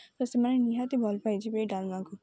ତ ସେମାନେ ନିହାତି ଭଲପାଇଯିବେ ଏହି ଡ଼ାଲମାକୁ